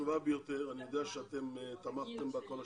חשובה ביותר ואני יודע שכל השנים תמכתם בה.